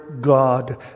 God